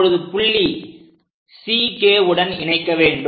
இப்பொழுது புள்ளி C K உடன் இணைக்க வேண்டும்